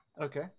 Okay